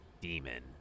demon